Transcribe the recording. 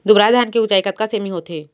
दुबराज धान के ऊँचाई कतका सेमी होथे?